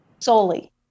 Solely